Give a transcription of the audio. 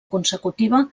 consecutiva